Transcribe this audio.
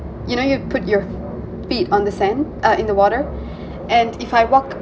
you know you put your feet on the sand uh in the water and if I walk